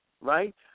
right